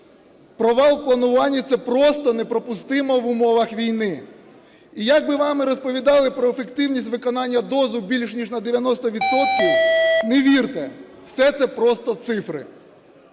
провал в плануванні – це просто неприпустимо в умовах війни. І як би вам не розповідали про ефективність використання ДОЗ в більш ніж на 90 відсотків, не вірте, все це просто цифри.